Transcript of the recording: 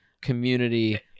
community